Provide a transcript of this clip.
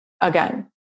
again